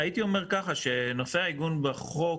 נושא העיגון בחוק,